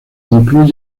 incluye